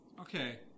Okay